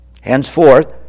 Henceforth